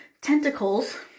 tentacles